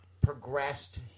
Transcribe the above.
progressed